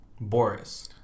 Boris